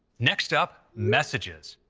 next up, messages.